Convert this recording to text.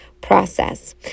process